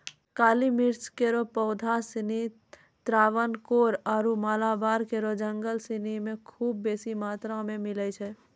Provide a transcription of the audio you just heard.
काली मिर्च केरो पौधा सिनी त्रावणकोर आरु मालाबार केरो जंगल सिनी म खूब बेसी मात्रा मे मिलै छै